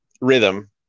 rhythm